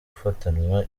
gufatanwa